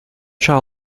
child